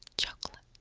chocolate,